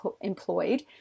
employed